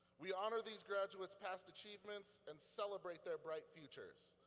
we honor these graduates' past achievements and celebrate their bright futures.